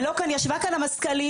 ולא סתם ישבה כאן המזכ"לית,